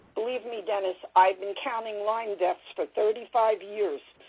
believe me, dennis, i've been counting lyme deaths for thirty five years,